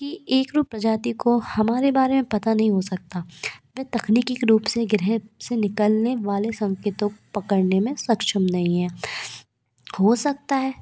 की सैकड़ों प्रजाति को हमारे बारे में पता नहीं हो सकता वे तकनीकी रूप से गृह से निकलने वाले संकेतों पकड़ने में सक्षम नहीं है हो सकता है